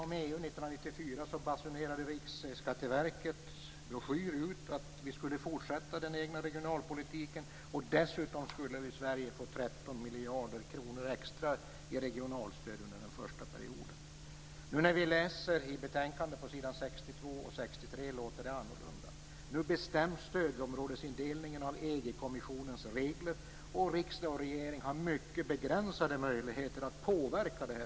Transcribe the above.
medlemskapet basunerades det i Riksskatteverkets broschyr ut att vi skulle fortsätta med vår egen regionalpolitik och att Sverige dessutom skulle få 13 miljarder kronor extra i regionalstöd under den första perioden. När vi nu läser vad som står på s. 62-63 i betänkandet låter det annorlunda. Nu bestäms stödområdesindelningen av EG-kommissionens regler, och det framhålls att riksdag och regering har mycket begränsade möjligheter att påverka detta.